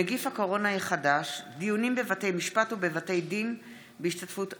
נגיף הקורונה החדש) (דיונים בבתי משפט ובבתי דין בהשתתפות עצורים,